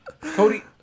Cody